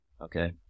Okay